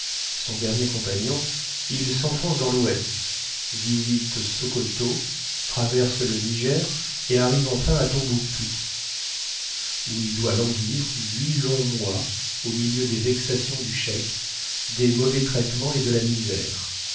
son dernier compagnon il s'enfonce dans l'ouest visite sockoto traverse le niger et arrive enfin à tombouctou oh il doit languir huit longs mois au milieu des vexations du cheik des mauvais traitements et de la misère